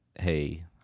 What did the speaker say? hey